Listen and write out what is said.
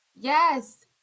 Yes